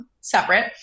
separate